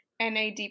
NAD